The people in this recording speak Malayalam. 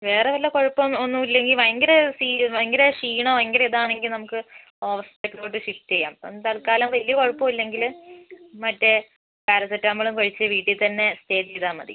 വേറെ വല്ല കുഴപ്പം ഒന്നും ഇല്ലെങ്കിൽ ഭയങ്കര ഭയങ്കര ക്ഷീണമോ ഭയങ്കര ഇതാണെങ്കിൽ നമുക്ക് ഹോസ്പിറ്റലിലോട്ട് ഷിഫ്റ്റ് ചെയ്യാം ഇപ്പോൾ തത്കാലം വലിയ കുഴപ്പം ഇല്ലെങ്കിൽ മറ്റേ പാരസെറ്റമോള് കഴിച്ച് വീട്ടിൽ തന്നെ സ്റ്റേ ചെയ്താൽ മതി